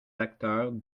acteurs